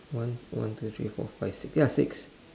one one two three four five six ya six